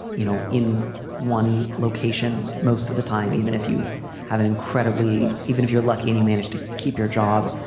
you know, in one location. most of the time, even if you have an incredibly even if you're lucky and you manage to keep your job,